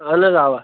اَہن حظ اَوا